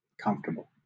Comfortable